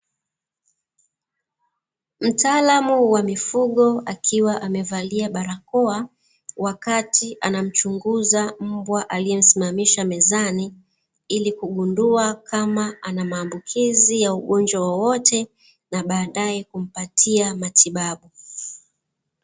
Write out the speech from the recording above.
Mtaalamu wa mifugo akiwa amevalia barakoa, wakati anamchunguza mbwa aliyesimamishwa mezani, ili kugundua kama ana maambukizi ya ugonjwa wowote, na baadae kumpatia matibabu.